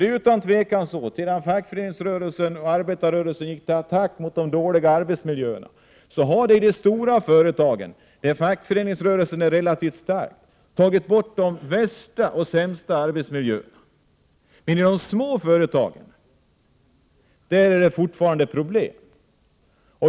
Sedan fackföreningsrörelsen och arbetarrörelsen gick till attack mot de dåliga arbetsmiljöerna har de stora företagen, där fackföreningsrörelsen är relativt stark, tagit bort de sämsta arbetsmiljöerna, men i de små företagen är det fortfarande problem.